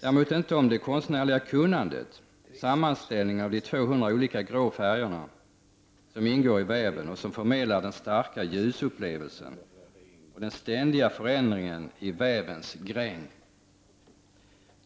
Däremot kan man inte spekulera om det konstnärliga kunnandet, sammanställningen av de 200 olika grå färgerna som ingår i väven och förmedlar den starka ljusupplevelsen och den ständiga förändringen i vävens gräng.